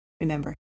Remember